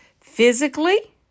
physically